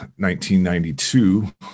1992